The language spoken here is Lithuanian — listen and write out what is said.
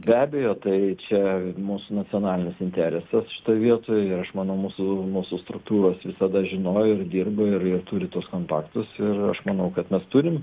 be abejo tai čia mūsų nacionalinis interesas šitoj vietoj ir aš manau mūsų mūsų struktūros visada žinojo ir dirbo ir ir turi tuos kontaktus ir aš manau kad mes turim